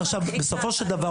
בסופו של דבר,